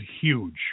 huge